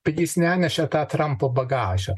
bet jis neneša tą trampo bagažą